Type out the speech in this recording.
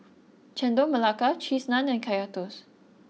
Chendol Melaka Cheese Naan and Kaya Toast